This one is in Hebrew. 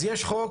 אז יש חוק